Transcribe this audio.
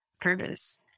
purpose